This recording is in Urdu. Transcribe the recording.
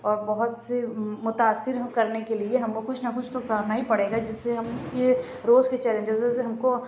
اور بہت سے متاثر کرنے کے لیے ہم کو کچھ نہ کچھ تو کرنا ہی پڑے گا جس سے ہم یہ روز کے چیلجزسوں سے ہم کو